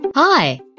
Hi